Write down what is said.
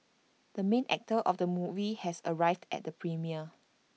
the main actor of the movie has arrived at the premiere